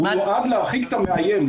הוא נועד להרחיק את המאיים.